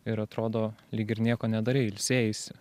ir atrodo lyg ir nieko nedarei ilsėjaisi